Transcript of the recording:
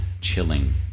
chilling